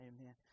amen